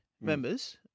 members